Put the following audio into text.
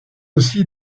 aussi